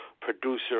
producer